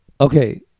Okay